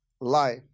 life